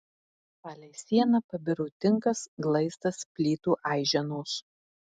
palei sieną pabiro tinkas glaistas plytų aiženos